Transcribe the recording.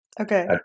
Okay